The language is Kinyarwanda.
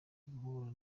guhura